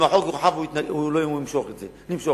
אם החוק יורחב, נמשוך את זה.